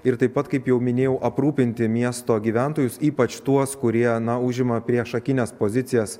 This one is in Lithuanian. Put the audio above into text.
ir taip pat kaip jau minėjau aprūpinti miesto gyventojus ypač tuos kurie na užima priešakines pozicijas